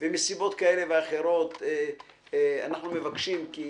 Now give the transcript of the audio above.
ומסיבות כאלה ואחרות אנחנו מבקשים כי